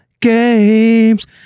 games